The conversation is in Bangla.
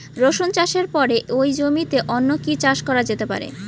রসুন চাষের পরে ওই জমিতে অন্য কি চাষ করা যেতে পারে?